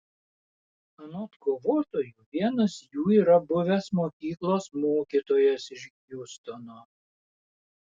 anot kovotojų vienas jų yra buvęs mokyklos mokytojas iš hjustono